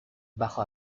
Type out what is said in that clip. bajo